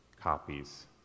copies